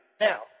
Now